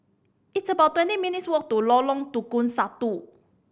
it's about twenty minutes' walk to Lorong Tukang Satu